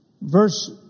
verse